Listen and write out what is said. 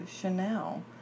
Chanel